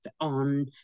on